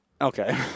Okay